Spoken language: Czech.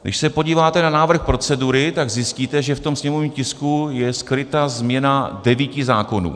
Když se podíváte na návrh procedury, tak zjistíte, že v tom sněmovním tisku je skryta změna devíti zákonů.